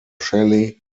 shelley